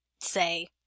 say